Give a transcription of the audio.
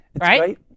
right